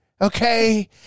Okay